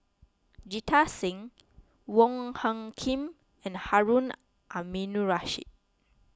Jita Singh Wong Hung Khim and Harun Aminurrashid